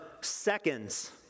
seconds